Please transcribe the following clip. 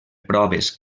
proves